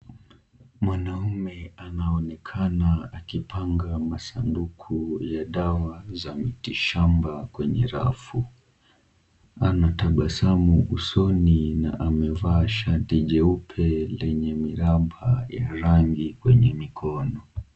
Mwanamume anaoenakana akipanga masanduku ya dawa za miti shamba kwenye rafu. Anatabasamu usoni na amevaa shati jeupe lenye miraba ya rangi kwenye mikono.